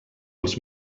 els